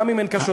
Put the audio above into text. גם אם הן קשות.